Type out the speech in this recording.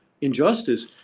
injustice